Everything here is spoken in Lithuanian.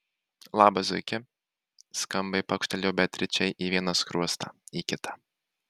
labas zuiki skambiai pakštelėjo beatričei į vieną skruostą į kitą